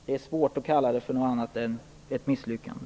Det är svårt att kalla det för något annat än ett misslyckande.